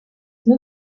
son